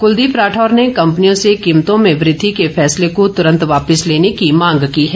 कुलदीप राठौर ने कम्पनियों से कीमतों में वृद्धि के फैसले को तुरन्त वापिस लेने की मांग की है